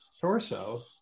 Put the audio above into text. torso